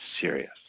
serious